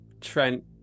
Trent